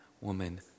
woman